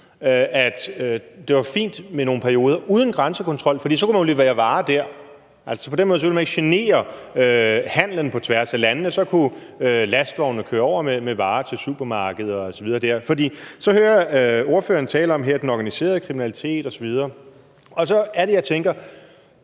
at det var fint med nogle perioder uden grænsekontrol, fordi man så der kunne levere varer. På den måde ville man ikke genere handelen på tværs af landene, og så kunne lastvognene køre over med varer til supermarkeder osv. Så hører jeg ordføreren her tale om den organiserede kriminalitet osv., og så er det, jeg tænker: